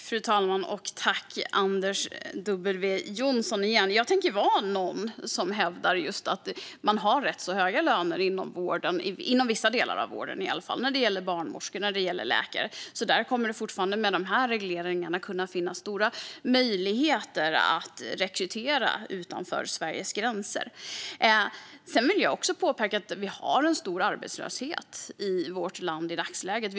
Fru talman och Anders W Jonsson! Jag tänker vara någon som hävdar just att man har rätt höga löner inom vården - i alla fall inom vissa delar. Det gäller barnmorskor och läkare. Där kommer det med de här regleringarna fortfarande att finnas stora möjligheter att rekrytera utanför Sveriges gränser. Vissa frågor inom hälso och sjuk-vårdsområdet Vissa frågor inom hälso och sjuk-vårdsområdet Sedan vill jag också påpeka att vi har en stor arbetslöshet i vårt land i dagsläget.